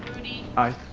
groody. i.